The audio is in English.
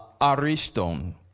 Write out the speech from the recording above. ariston